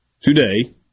today